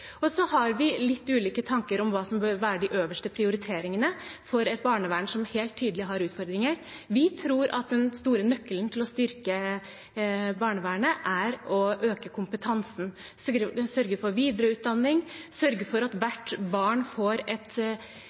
for. Så har vi litt ulike tanker om hva som bør være de øverste prioriteringene for et barnevern som helt tydelig har utfordringer. Vi tror at den store nøkkelen til å styrke barnevernet er å øke kompetansen, sørge for videreutdanning, sørge for at hvert barn får et